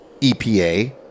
EPA